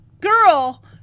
girl